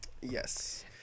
Yes